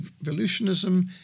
evolutionism